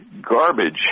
garbage